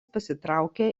pasitraukė